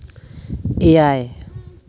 ᱮᱭᱟᱭ